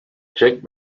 check